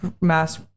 mass